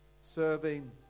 serving